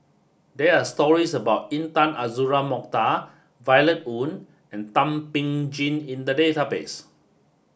there are stories about Intan Azura Mokhtar Violet Oon and Thum Ping Tjin in the database